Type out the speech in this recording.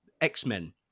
x-men